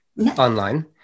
online